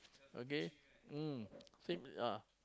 okay mm same ah